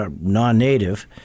non-native